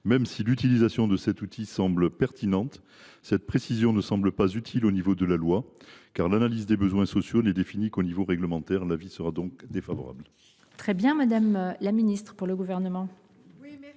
que l’utilisation de cet outil semble pertinente, cette précision ne semble pas utile au niveau de la loi, car l’analyse des besoins sociaux n’est définie qu’au niveau réglementaire. Avis défavorable.